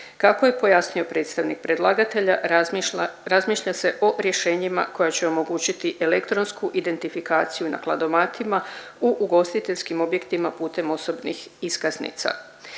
Kako je pojasnio predstavnik predlagatelja razmišlja se o rješenjima koja će omogućiti elektronsku identifikaciju na kladomatima u ugostiteljskim objektima putem osobnih iskaznica.